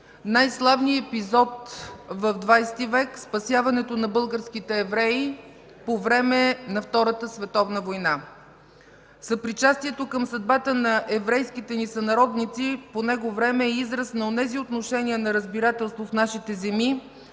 най-славния епизод в 20-и век – спасяването на българските евреи по време на Втората световна война. Съпричастието към съдбата на еврейските ни сънародници по него време е израз на онези отношения на разбирателство в нашите земи,